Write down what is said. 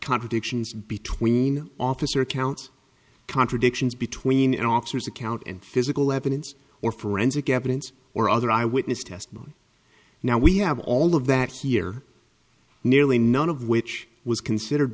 contradictions between officer accounts contradictions between officers account and physical evidence or forensic evidence or other eyewitness testimony now we have all of that here nearly none of which was considered